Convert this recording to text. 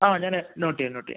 ആ ഞാൻ നോട്ട് ചെയ്യാം നോട്ട് ചെയ്യാം